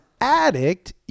addict